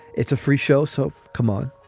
it's a free show, so come on.